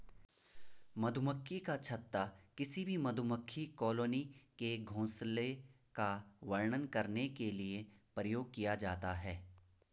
मधुमक्खी का छत्ता किसी भी मधुमक्खी कॉलोनी के घोंसले का वर्णन करने के लिए प्रयोग किया जाता है